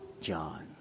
John